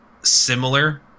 similar